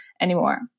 anymore